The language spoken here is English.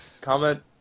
comment